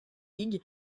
league